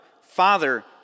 father